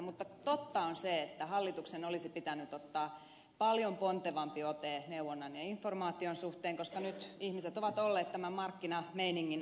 mutta totta on se että hallituksen olisi pitänyt ottaa paljon pontevampi ote neuvonnan ja informaation suhteen koska nyt ihmiset ovat olleet tämän markkinameiningin armoilla